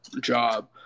job